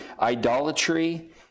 idolatry